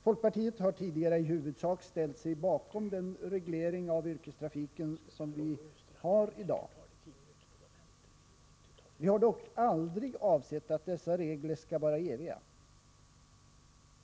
Folkpartiet har tidigare i huvudsak ställt sig bakom den reglering av yrkestrafiken som vi har i dag. Vi har dock aldrig avsett att dessa regler skall vara eviga.